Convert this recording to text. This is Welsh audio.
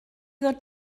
ddod